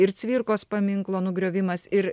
ir cvirkos paminklo nugriovimas ir